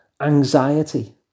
anxiety